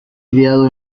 criado